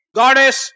goddess